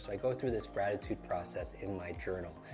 i go through this gratitude process in my journal,